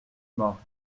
morte